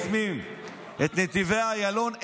חוסמים את נתיבי איילון,